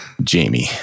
Jamie